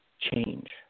change